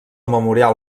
memorial